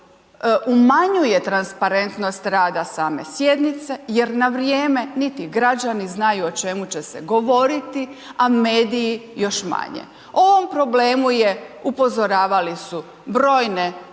umanjuje transparentnost rada same sjednice jer na vrijeme niti građani znaju o čemu će se govoriti a mediji još manje. O ovom problemu je, upozoravali su brojne ne